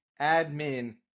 admin